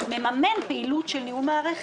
מממן פעילות של ניהול מערכת.